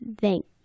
thank